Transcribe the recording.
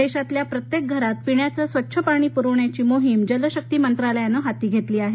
देशातल्या प्रत्येक घरात पिण्याचं स्वच्छ पाणी पुरवण्याची मोहीम जलशक्ती मंत्रालयानं हाती घेतली आहे